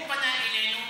הוא פנה אלינו,